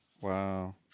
Wow